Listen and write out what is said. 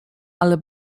ale